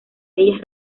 ellas